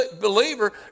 believer